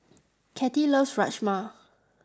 Kathie loves Rajma